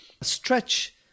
stretch